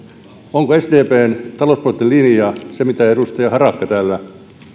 onko sdpn talouspoliittinen linja se mitä edustaja harakka täällä